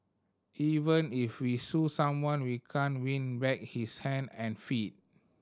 even if we sue someone we can't win back his hand and feet